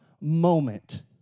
moment